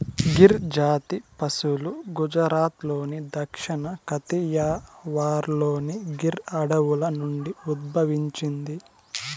గిర్ జాతి పసులు గుజరాత్లోని దక్షిణ కతియావార్లోని గిర్ అడవుల నుండి ఉద్భవించింది